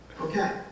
Okay